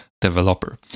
developer